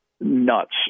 nuts